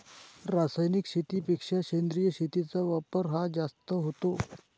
रासायनिक शेतीपेक्षा सेंद्रिय शेतीचा वापर हा जास्त होतो